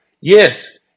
Yes